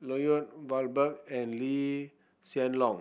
Lloyd Valberg and Lee Hsien Loong